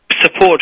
support